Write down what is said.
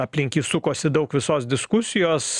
aplink jį sukosi daug visos diskusijos